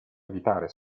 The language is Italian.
evitare